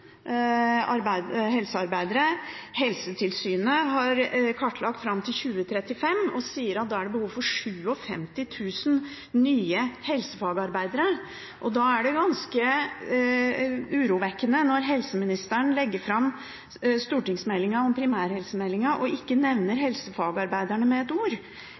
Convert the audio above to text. helsearbeidere, og Helsetilsynet har kartlagt fram til 2035 og sier at da vil det være behov for 57 000 nye helsefagarbeidere. Da er det ganske urovekkende at helseministeren legger fram stortingsmeldingen om primærhelsetjenesten og ikke nevner helsefagarbeiderne med ett ord.